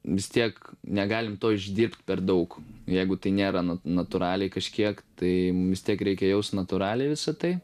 vis tiek negalim to išdirbt per daug jeigu tai nėra natūraliai kažkiek tai vis tiek reikia jaust natūraliai visa tai